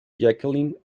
jacqueline